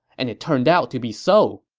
and it turned out to be so.